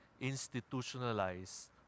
institutionalized